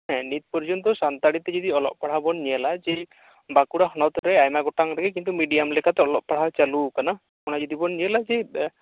ᱦᱮᱸ ᱱᱤᱛ ᱯᱚᱨᱡᱳᱱᱛᱚ ᱥᱟᱱᱛᱟᱲᱤ ᱛᱮ ᱡᱩᱫᱤ ᱚᱞᱚᱜ ᱯᱟᱲᱦᱟᱣ ᱵᱚᱱ ᱧᱮᱞᱟ ᱡᱮ ᱵᱟᱸᱠᱩᱲᱟ ᱦᱚᱱᱚᱛ ᱨᱮ ᱟᱭᱢᱟ ᱜᱚᱴᱟᱝ ᱨᱮᱜᱮ ᱠᱤᱱᱛᱩ ᱢᱤᱰᱤᱭᱟᱢ ᱞᱮᱠᱟᱛᱮ ᱚᱞᱚᱜ ᱯᱟᱲᱦᱟᱣ ᱪᱟᱹᱞᱩ ᱟᱠᱟᱱᱟ ᱚᱱᱟ ᱡᱩᱫᱤ ᱵᱚᱱ ᱧᱮᱞᱟ ᱡᱮ